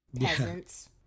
Peasants